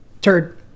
Turd